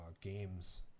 games